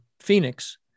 phoenix